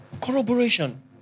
Corroboration